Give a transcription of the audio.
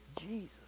Jesus